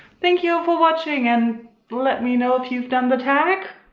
thank you for watching and let me know if you've done the tag.